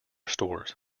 stores